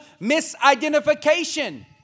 misidentification